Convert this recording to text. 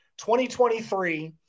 2023